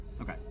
Okay